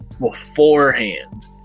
beforehand